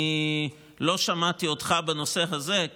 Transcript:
אני לא שמעתי אותך בנושא הזה,